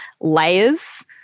layers